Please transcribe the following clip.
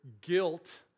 guilt